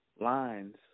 lines